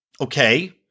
Okay